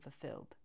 fulfilled